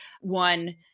one